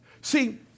see